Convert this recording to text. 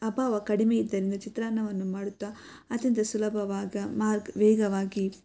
ಅಭಾವ ಕಡಿಮೆ ಇದ್ದರಿಂದ ಚಿತ್ರಾನ್ನವನ್ನು ಮಾಡುತ್ತಾ ಅತ್ಯಂತ ಸುಲಭವಾಗಿ ಮಾರ್ಗ ವೇಗವಾಗಿ